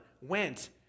went